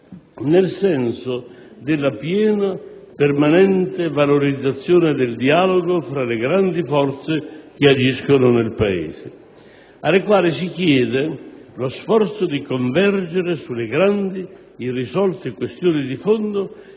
nel senso della piena e permanente valorizzazione del dialogo fra le grandi forze che agiscono nel Paese, alle quali si chiede lo sforzo di convergere sulle grandi irrisolte questioni di fondo